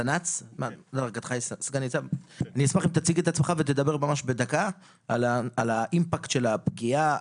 אני אשמח אם תציג את עצמך ותדבר ממש בדקה על האימפקט של הפגיעה,